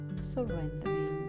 surrendering